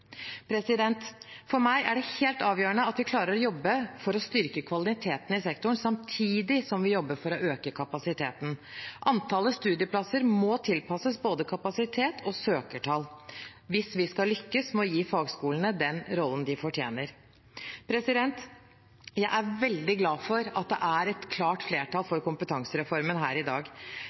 For meg er det helt avgjørende at vi klarer å jobbe for å styrke kvaliteten i sektoren samtidig som vi jobber for å øke kapasiteten. Antallet studieplasser må tilpasses både kapasitet og søkertall hvis vi skal lykkes med å gi fagskolene den rollen de fortjener. Jeg er veldig glad for at det er et klart flertall for kompetansereformen her i dag.